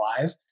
live